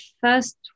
first